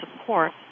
support